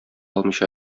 алмыйча